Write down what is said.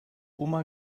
oma